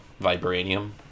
vibranium